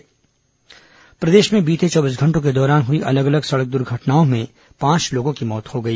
दुर्घटना प्रदेश में बीते चौबीस घंटों के दौरान हुई अलग अलग सड़क दुर्घटनाओं में पांच लोगों की मौत हो गई